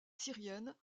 syrienne